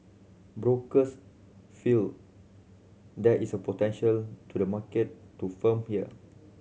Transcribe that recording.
brokers feel there is potential to the market to firm here